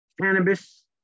cannabis